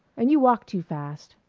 and you walk too fast.